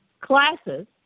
classes